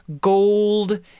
gold